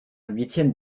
huitièmes